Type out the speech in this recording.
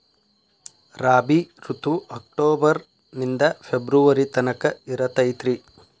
ರಾಬಿ ಋತು ಅಕ್ಟೋಬರ್ ನಿಂದ ಫೆಬ್ರುವರಿ ತನಕ ಇರತೈತ್ರಿ